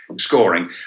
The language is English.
scoring